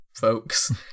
folks